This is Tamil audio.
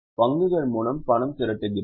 பங்குகள் மூலம் பணம் திரட்டுகிறோம்